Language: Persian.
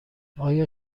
آیا